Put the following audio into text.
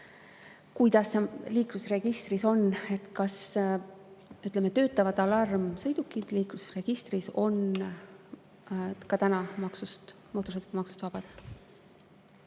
kuidas liiklusregistris on, kas … Ütleme, töötavad alarmsõidukid liiklusregistris on ka täna mootorsõidukimaksust vabad.